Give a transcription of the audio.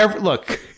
look